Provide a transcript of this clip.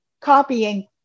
copying